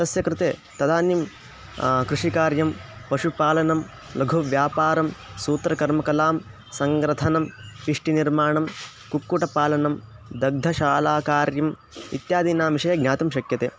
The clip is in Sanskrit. तस्य कृते तदानीं कृषिकार्यं पशुपालनं लघुव्यापारं सूत्रकर्मकलां सङ्ग्रथनं पिष्टिनिर्माणं कुक्कुटपालनं दग्धशालाकार्यम् इत्यादीनां विषये ज्ञातुं शक्यते